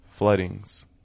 floodings